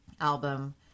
album